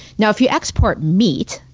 now, if you export meat,